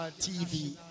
TV